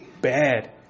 bad